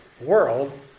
world